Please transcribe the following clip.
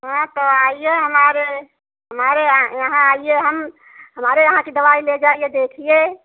हाँ तो आईए हमारे हमारे य यहाँ आईए हम हमारे यहाँ की दवाई ले जाईए देखिए